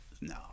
No